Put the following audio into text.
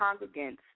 congregants